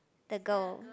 the girl